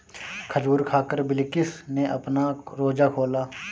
खजूर खाकर बिलकिश ने अपना रोजा खोला